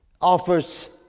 offers